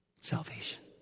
salvation